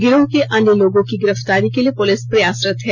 गिरोह के अन्य लोगों की गिरफ्तारी के लिए पुलिस प्रयासरत है